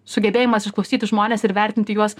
sugebėjimas išklausyti žmones ir vertinti juos